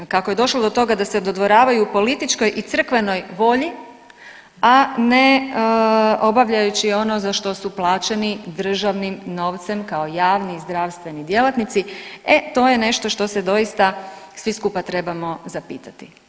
Kako je došlo do toga da se dodvoravaju političkoj i crkvenoj volji, a ne obavljajući ono za što su plaćeni državnim novcem kao javni i zdravstveni djelatnici, e to je nešto što se doista svi skupa trebamo zapitati.